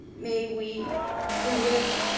may we live